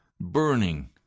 burning